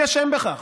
מי אשם בכך?